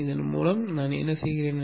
இதன் மூலம் நான் என்ன செய்தேன்